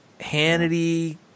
Hannity